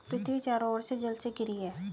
पृथ्वी चारों ओर से जल से घिरी है